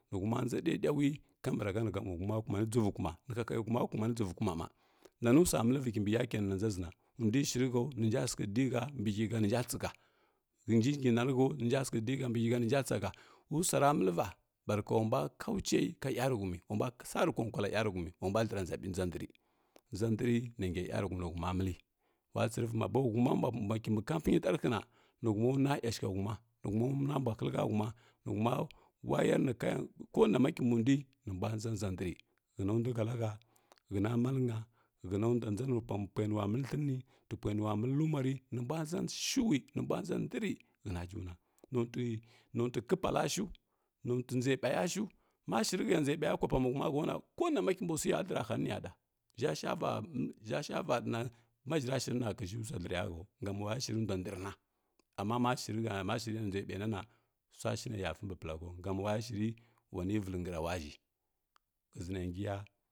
Nihuma nʒa ɗeɗui kumbrahənihuma kumrani shivukuma nihahehuma kumani ghivukuma-mbaa nanusua məlivi kimbi yake na nanjasi na ndui shiri hau ninja sikhə dihə bihəi hə ninja tsihə hənji ngi nani nəu ninja sikhədihə bihehə ninja tsaha ulusuara məkikaa barha ulambua kau che ka yarukə umi ulambuwa sari ko kula yari humi wa mbua ndra nʒa ndri nʒə ndr na nzga yaruhumi nihuma məli watsirivi mba bo huma mbua kimbi kampinyi adrhina nihuma nua ashikhə huma nihuma nuu mba hilika huma nihuma wayarni kaya konama kombundui nimba nʒa nʒandri həna duhəlahə həna malna hənandua nʒanu pa mbi pulai nuwa məli thəni tipiamwa məli lumari minbula shui mimbwa nʒa ndri həna juna notui, notui kəpalashu ndwanʒe bayashu mashiri həya notui nʒe ɓaya kuwa pemami huma hauna ko nama kimbusuya a ndrahani niya ɗa ʒhə shava əhə shava ɗana maʒhrra shirina kish sua ndraya həau gam ula ya shiriunduu ndrna amma ma shiri həya ndui ɓayinana suashineya fimbi plahəu sam waya shiri wan vəl ngraula alhal ghalzli na ngiya.